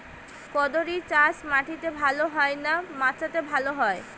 কুঁদরি চাষ মাটিতে ভালো হয় না মাচাতে ভালো হয়?